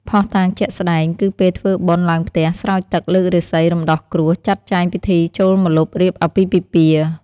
ភ័ស្តុតាងជាក់ស្តែង គឺពេលធ្វើបុណ្យឡើងផ្ទះ ស្រោចទឹកលើករាសី រំដោះគ្រោះ ចាត់ចែងពិធីចូលម្លប់ រៀបអាពាហ៍ពិពាហ៍។